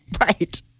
Right